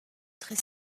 très